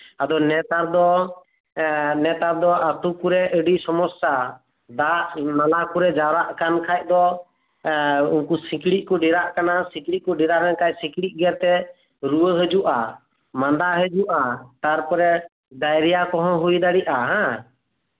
ᱟᱫᱚ ᱱᱮᱛᱟᱨ ᱫᱚ ᱱᱮᱛᱟᱨ ᱫᱚ ᱟᱹᱛᱩ ᱠᱚᱨᱮ ᱟᱹᱰᱤ ᱥᱚᱢᱚᱥᱥᱟ ᱫᱟᱜᱽ ᱱᱟᱞᱟ ᱠᱚᱨᱮ ᱠᱚ ᱡᱟᱣᱨᱟᱜ ᱠᱟᱱ ᱠᱷᱟᱡ ᱫᱚ ᱮᱸ ᱩᱱᱠᱩ ᱥᱤᱸᱠᱬᱤᱡ ᱠᱚ ᱰᱮᱨᱟᱜ ᱠᱟᱱᱟ ᱩᱱᱠᱩ ᱥᱤᱸᱠᱬᱤᱡ ᱜᱮᱨ ᱛᱮ ᱨᱩᱣᱟᱹ ᱦᱤᱡᱩᱜᱼᱟ ᱢᱟᱫᱟ ᱦᱟᱡᱩᱜᱼᱟ ᱛᱟᱨᱯᱚᱨ ᱰᱟᱭᱨᱟᱭᱟᱞ ᱠᱚᱦᱚᱸ ᱦᱩᱭ ᱫᱟᱲᱤᱟᱭᱟᱜᱼᱟ ᱦᱮᱸ